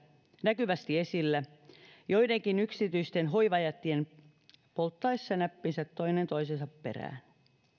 näkyvästi esillä joidenkin yksityisten hoivajättien polttaessa näppinsä toinen toisensa perään